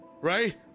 Right